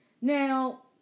Now